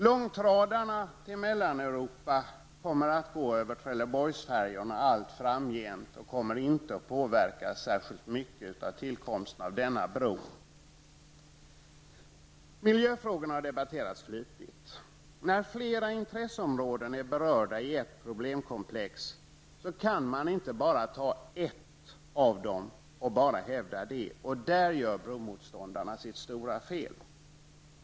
Långtradarna till Mellaneuropa kommer att gå via Trelleborgsfärjorna allt framgent och kommer inte att påverkas särskilt mycket av tillkomsten av bron. Miljöfrågorna har debatterats flitigt. När flera intresseområden är berörda i ett problemkomplex kan man inte bara ta ett av dem och hävda det. Däri gör bromotståndarna sitt stora fel.